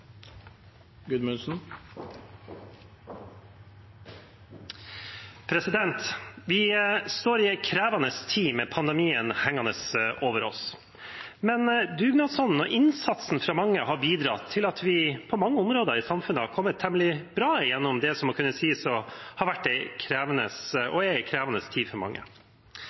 Vi står i en krevende tid med pandemien hengende over oss, men dugnadsånden og innsatsen fra mange har bidratt til at vi på mange områder i samfunnet har kommet temmelig bra igjennom det som må kunne sies å ha vært – og er – en krevende tid for mange.